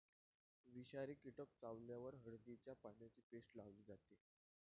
विषारी कीटक चावल्यावर हळदीच्या पानांची पेस्ट लावली जाते